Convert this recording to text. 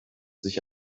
sich